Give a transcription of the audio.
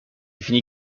finis